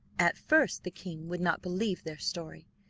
at first the king would not believe their story,